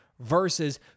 versus